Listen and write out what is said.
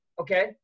okay